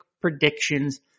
predictions